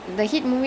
mm